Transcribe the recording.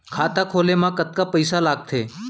खाता खोले मा कतका पइसा लागथे?